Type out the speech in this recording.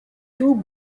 two